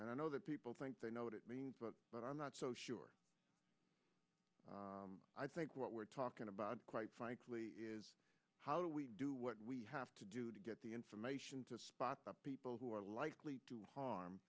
and i know that people think they know what it means but but i'm not so sure i think what we're talking about quite frankly how do we do what we have to do to get the information to the people who are likely harm